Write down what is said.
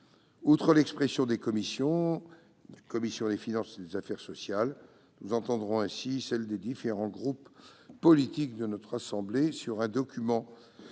Outre l'expression des commissions des finances et des affaires sociales, nous pourrons ainsi entendre celle des différents groupes politiques de notre assemblée, sur un document comme